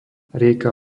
rieka